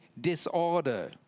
Disorder